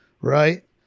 right